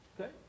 Okay